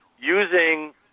using